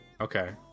okay